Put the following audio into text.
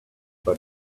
but